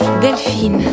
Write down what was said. Delphine